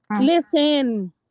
Listen